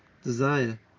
desire